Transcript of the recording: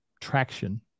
traction